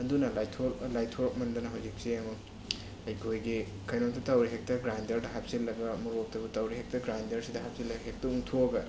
ꯑꯗꯨꯅ ꯂꯥꯏꯊꯣꯔꯛꯃꯟꯗꯅ ꯍꯧꯖꯤꯛꯁꯦ ꯌꯦꯡꯉꯣ ꯑꯩꯈꯣꯏꯒꯤ ꯀꯩꯅꯣꯗ ꯇꯧꯔꯦ ꯍꯦꯛꯇ ꯒ꯭ꯔꯥꯏꯟꯗꯔꯗ ꯍꯥꯞꯆꯤꯜꯂꯒ ꯃꯣꯔꯣꯛꯇꯕꯨ ꯇꯧꯔꯦ ꯍꯦꯛꯇ ꯒ꯭ꯔꯥꯏꯟꯗꯔꯁꯤꯗ ꯍꯥꯞꯆꯤꯜꯂꯦ ꯍꯦꯛꯇ ꯎꯪꯊꯣꯛꯑꯒ